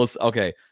Okay